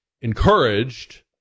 encouraged